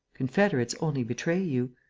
confederates only betray you.